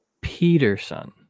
Peterson